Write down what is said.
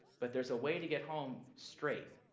but there's a way to get home straight.